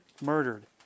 Murdered